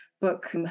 book